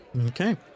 Okay